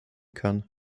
kann